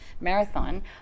marathon